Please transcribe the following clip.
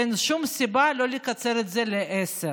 אין שום סיבה לא לקצר את זה לעשרה.